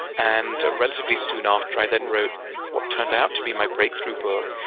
and relatively soon after, i then wrote what turned out to be my breakthrough book,